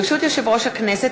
ברשות יושב-ראש הכנסת,